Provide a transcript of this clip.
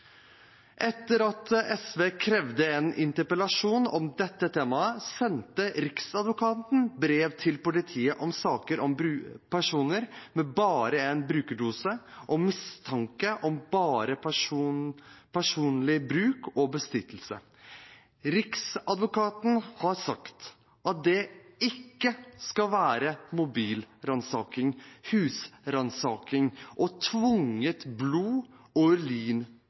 Etter at SV krevde en interpellasjon om dette temaet, sendte Riksadvokaten brev til politiet om saker om personer med bare en brukerdose og mistanke om bare personlig bruk og besittelse. Riksadvokaten har sagt at det ikke skal være mobilransaking, husransaking og tvungen blod-